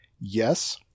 yes